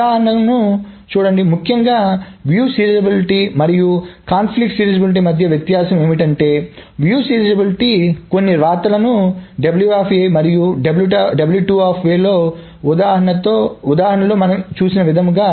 ఉదాహరణను చూడండి ముఖ్యంగా వీక్షణ సీరియలైజబిలిటీ మరియు కాన్ఫ్లిక్ట్ సీరియలైజబిలిటీ మధ్య వ్యత్యాసం ఏమిటంటే వ్యూ సీరియలైజబిలిటీ కొన్ని వ్రాతలను మరియు లను ఉదాహరణలో మనము చూసిన విధంగా